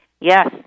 Yes